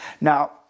Now